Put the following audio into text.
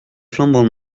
flambant